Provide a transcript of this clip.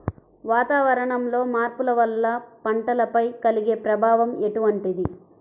వాతావరణంలో మార్పుల వల్ల పంటలపై కలిగే ప్రభావం ఎటువంటిది?